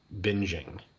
binging